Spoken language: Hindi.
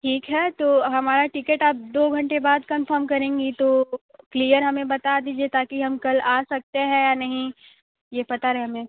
ठीक है तो हमारा टिकट आप दो घंटे बाद कंफ़र्म करेंगी तो क्लियर हमें बता दीजिए ताकि कल हम आ सकते हैं या नहीं ये पता रहे हमें